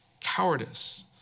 cowardice